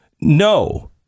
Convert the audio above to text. No